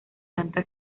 tanta